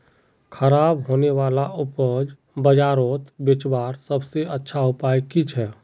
ख़राब होने वाला उपज बजारोत बेचावार सबसे अच्छा उपाय कि छे?